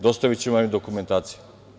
Dostaviću vam i dokumentaciju.